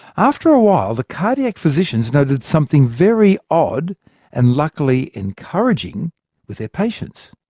after a while, the cardiac physicians noted something very odd and luckily, encouraging with their patients.